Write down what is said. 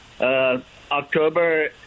October